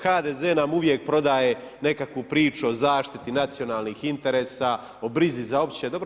HDZ nam uvijek prodaje nekakvu priču o zaštiti nacionalnih interesa, o brizi za opće dobro.